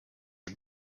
and